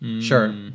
Sure